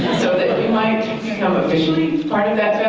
so that we might become officially part of that